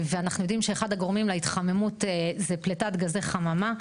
אנחנו יודעים שאחד הגורמים להתחממות זה פליטת גזי חממה.